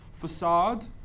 facade